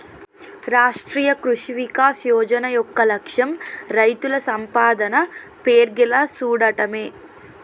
రాష్ట్రీయ కృషి వికాస్ యోజన యొక్క లక్ష్యం రైతుల సంపాదన పెర్గేలా సూడటమే